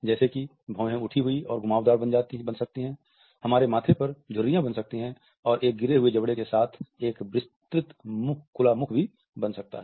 जैसे कि भौहें उठी हुए और घुमावदार बन सकती है हमारे माथे पर झुर्रियां बन सकती हैं और एक गिरे हुए जबडे के साथ विस्तृत खुला मुंह भी बनता है